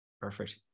Perfect